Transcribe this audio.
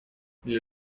для